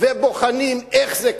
ובוחנים איך זה קרה,